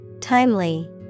Timely